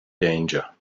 danger